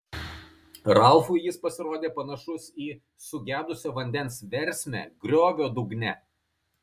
ralfui jis pasirodė panašus į sugedusio vandens versmę griovio dugne